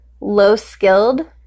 low-skilled